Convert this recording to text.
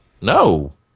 No